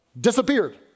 disappeared